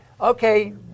Okay